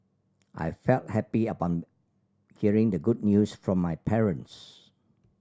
I felt happy upon hearing the good news from my parents